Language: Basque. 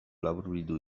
laburbildu